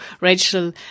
Rachel